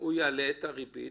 הוא יעלה את הריבית,